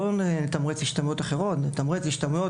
לא נתמרץ השתלמויות אחרות; נתמרץ השתלמויות